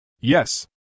Yes